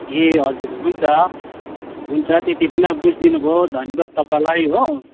ए हजुर हुन्छ हुन्छ त्यति भए पनि अब बुझिदिनु भयो धन्यवाद तपाईँलाई हो